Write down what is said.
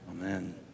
Amen